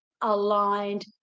aligned